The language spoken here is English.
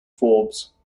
forbs